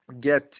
get